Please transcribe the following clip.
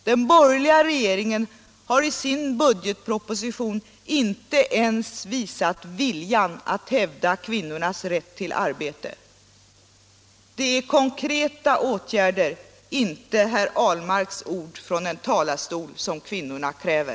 Den borgerliga regeringen har i sin budgetproposition inte ens visat viljan att hävda kvinnornas rätt till arbete. Det är konkreta åtgärder, inte herr Ahlmarks ord från en talarstol, som kvinnorna kräver.